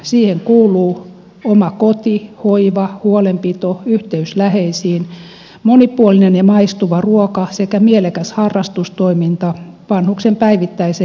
siihen kuuluu oma koti hoiva huolenpito yhteys läheisiin monipuolinen ja maistuva ruoka sekä mielekäs harrastustoiminta vanhuksen päivittäisen jaksamisen mukaan